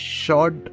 short